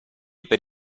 per